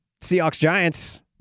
Seahawks-Giants